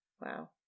Wow